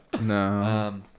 No